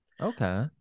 Okay